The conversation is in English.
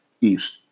East